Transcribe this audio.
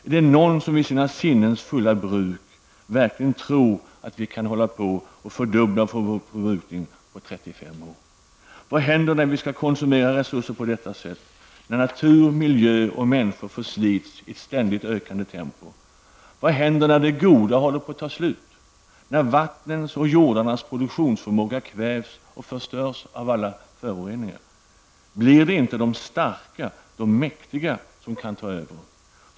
Är det någon vid sina sinnens fulla bruk verkligen tror att vi kan fördubbla vår förbrukning på 35 år? Vad händer när vi skall konsumera resurser på detta sätt, när natur, miljö och människor förslits i ett ständigt ökande tempo? Vad händer när det goda håller på att ta slut och när vattnens och jordarnas produktionsförmåga kvävs och förstörs av alla föroreningar? Blir det inte de starka, de mäktiga, som kan ta över?